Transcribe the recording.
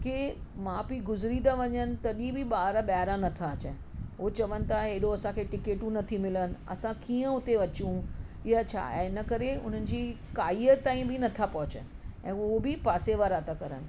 की माउ पीउ गुज़री था वञनि तॾहिं बि ॿार ॿाहिरां न था अचनि हू चवनि था अहिड़ो असांखे टिकटूं न थियूं मिलनि असां कीअं उते अचूं हीअं छाहे हिनकरे हुननि जी काईअ ताईं बि न था पहुचनि ऐं उहो बि पासे वारा था करनि